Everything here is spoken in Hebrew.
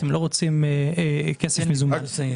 לא רוצים כסף מזומן.